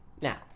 Now